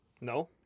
No